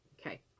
Okay